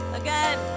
again